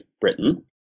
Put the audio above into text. Britain